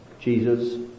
Jesus